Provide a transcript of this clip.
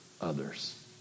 others